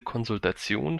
konsultation